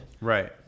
Right